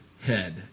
Head